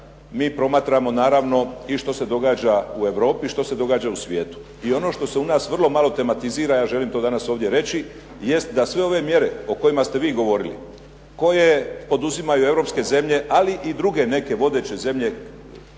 mi promatramo, naravno i što se događa u Europi i što se događa u svijetu. I ono što se u nas vrlo malo tematizira, ja želim to danas ovdje reći, jest da sve ove mjere o kojima ste vi govorili koje poduzimaju europske zemlje, ali i druge neke vodeće zemlje